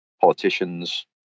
politicians